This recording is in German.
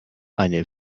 eine